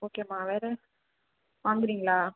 ஓகேம்மா வேறு வாங்குகிறீங்களா